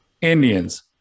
Indians